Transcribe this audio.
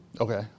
Okay